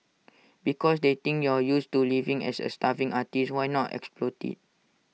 because they think you're used to living as A starving artist why not exploit IT